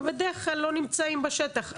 ובדרך כלל לא נמצאים בשטח.